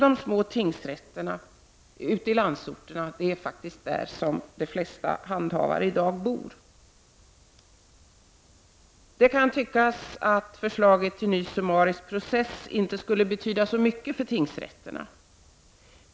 De bor i dag i de orter där tingsrätterna är belägna. Det kan tyckas att förslaget till ny summarisk process inte skulle betyda så mycket för tingsrätterna.